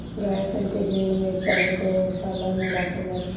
गाय सन के झुण्ड में चाहे गौशाला में राखल जाला